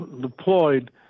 deployed